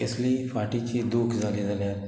केसलीय फाटीचे दूख जाली जाल्यार